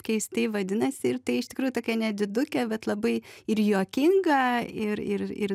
keistai vadinasi ir tai iš tikrųjų tokia nedidukė bet labai ir juokinga ir ir ir